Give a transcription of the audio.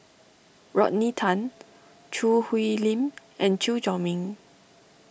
Rodney Tan Choo Hwee Lim and Chew Chor Meng